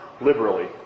liberally